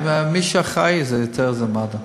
מי שאחראי יותר זה מד"א.